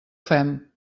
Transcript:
fem